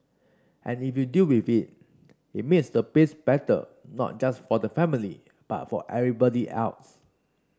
and if you deal with it it makes the place better not just for the family but for everybody else